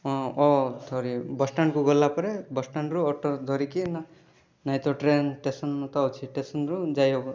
ହଁ ଓ ସରି ବସ୍ଷ୍ଟାଣ୍ଡକୁ ଗଲା ପରେ ବସ୍ଷ୍ଟାଣ୍ଡରୁ ଅଟୋ ଧରିକି ନା ନାଇଁ ତ ଟ୍ରେନ୍ ଷ୍ଟେସନ୍ ତ ଅଛି ଷ୍ଟେସନ୍ରୁ ଯାଇହେବ